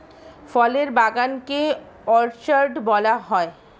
ফলের বাগান কে অর্চার্ড বলা হয়